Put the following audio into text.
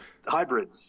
hybrids